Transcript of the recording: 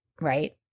right